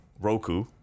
Roku